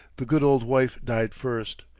the good old wife died first.